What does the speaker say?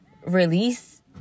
release